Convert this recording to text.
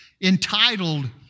entitled